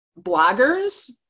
bloggers